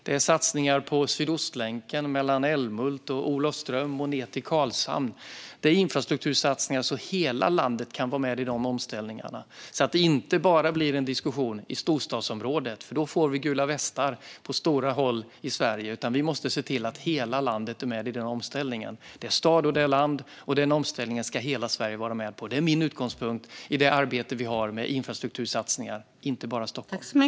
Det är satsningar på Sydostlänken mellan Älmhult och Olofström och ned till Karlshamn. Det är infrastruktursatsningar så att hela landet kan vara med i omställningarna. Det får inte bara bli en diskussion för storstadsområdet, för då får vi gula västar på många håll i Sverige. Vi måste se till att hela landet är med i omställningen. Det är stad, och det är land, och den omställningen ska hela Sverige vara med på. Det är min utgångspunkt i det arbete vi har med infrastruktursatsningar. Det ska inte bara gälla Stockholm.